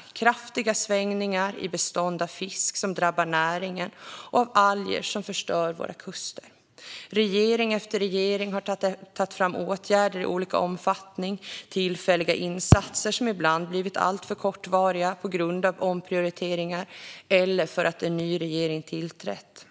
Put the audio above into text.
Det sker kraftiga svängningar i bestånd av fisk, som drabbar näringen, och av alger som förstör våra kuster. Regeringen efter regering har tagit fram åtgärder i olika omfattning. Det har gjorts tillfälliga insatser, som ibland har blivit alltför kortvariga på grund av omprioriteringar eller för att en ny regering tillträtt.